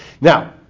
Now